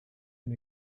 and